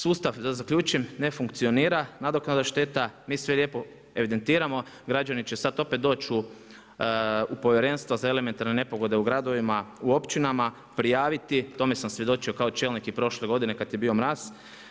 Sustav, da zaključim, ne funkcionira, nadoknada štete, mi sve lijepo evidentiramo, građani će sad opet doć u Povjerenstva za elementarne nepogode u gradovima, općinama, prijaviti, tome sam svjedočio i kao čelnik i prošle godine kada je bio mraz.